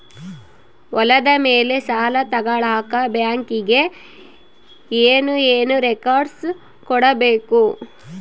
ಹೊಲದ ಮೇಲೆ ಸಾಲ ತಗಳಕ ಬ್ಯಾಂಕಿಗೆ ಏನು ಏನು ರೆಕಾರ್ಡ್ಸ್ ಕೊಡಬೇಕು?